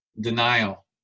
denial